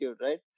right